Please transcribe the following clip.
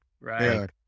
Right